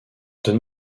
donne